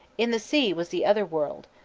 in the sea was the otherworld,